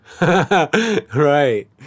Right